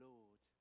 Lord